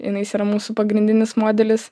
jinais yra mūsų pagrindinis modelis